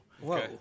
Whoa